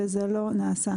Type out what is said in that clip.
וזה לא נעשה.